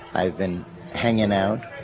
i've been hanging out,